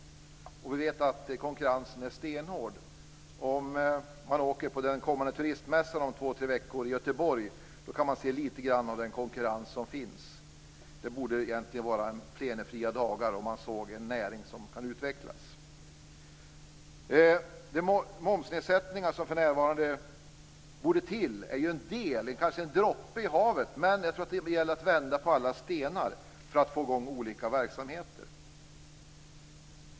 Vi vet att konkurrensen är stenhård. Göteborg om två tre veckor kan man se lite grann av den konkurrens som finns. Det borde egentligen vara plenifria dagar, om man såg att det är en näring som kan utvecklas. De momsnedsättningar som för närvarande borde till kanske är en droppe i havet, men det gäller att vända på alla stenar för att få i gång olika verksamheter.